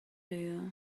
you